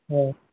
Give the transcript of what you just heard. হয়